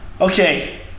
Okay